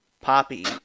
Poppy